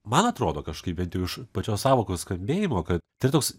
man atrodo kažkaip bent jau iš pačios sąvokos kadnėjimo kad tai toks